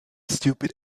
stupid